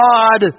God